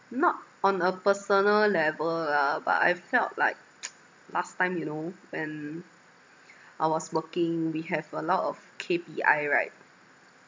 not on a personal level lah but I felt like last time you know when I was working we have a lot of K_P_I right